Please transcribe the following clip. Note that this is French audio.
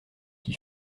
qui